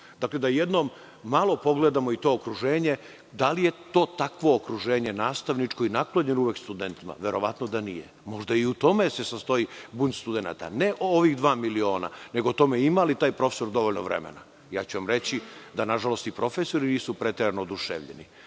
moćan. Dakle, da jednom malo pogledamo to okruženje. Da li je to takvo okruženje nastavničko i naklonjeno uvek studentima? Verovatno da nije. Možda se i u tome se sastoji bunt studenata, ne o ovih dva miliona, nego o tome ima li taj profesor dovoljno vremena. Ja ću vam reći da, nažalost, i profesori nisu preterano oduševljeni,